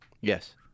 yes